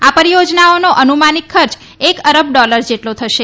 આ પરિયોજનાઓનો અનુમાનીક ખર્ચ એક અરબ ડોલર જેટલો થશે